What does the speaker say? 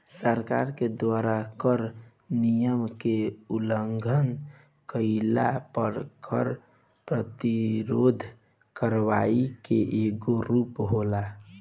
सरकार के द्वारा कर नियम के उलंघन कईला पर कर प्रतिरोध करवाई के एगो रूप होला